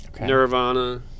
Nirvana